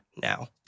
now